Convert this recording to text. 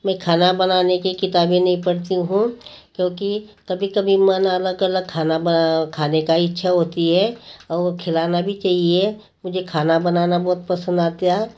मैं खाना बनाने की किताबें नहीं पड़ती हूँ क्योंकि कभी कभी मन अलग अलग खाना खाने का इच्छा होती है और वह खिलाना भी चाहिए मुझे खाना बनाना बहुत पसंद आता है